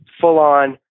full-on